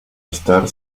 estar